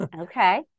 Okay